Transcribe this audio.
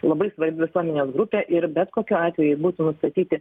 labai svarbi visuomenės grupė ir bet kokiu atveju jei būtų nustatyti